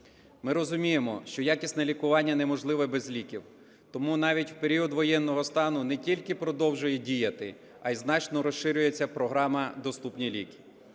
Ми розуміємо, що якісне лікування неможливе без ліків. Тому навіть в період воєнного стану не тільки продовжує діяти, а й значно розширюється програма "Доступні ліки".